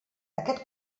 aquest